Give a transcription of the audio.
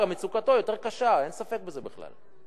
מצוקתו יותר קשה, אין ספק בזה בכלל.